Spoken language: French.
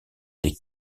les